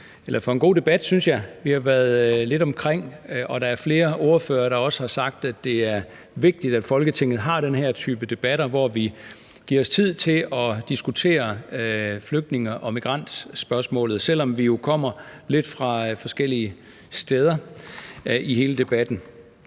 for en god debat, synes jeg. Vi har været lidt omkring, og der er flere ordførere, der også har sagt, at det er vigtigt, at Folketinget har den her type debatter, hvor vi giver os tid til at diskutere flygtninge- og migrantspørgsmålet, selv om vi jo lidt kommer fra forskellige steder i hele debatten.